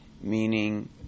meaning